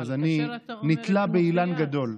כאשר אתה אומר "כנופיה" אז אני נתלה באילן גדול.